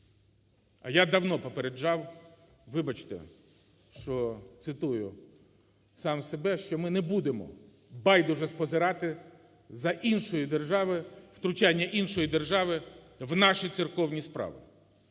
А я давно попереджав, вибачте, що цитую сам себе, що ми не будемо байдуже спозирати за іншою державою... втручання іншої держави в наші церковні справи,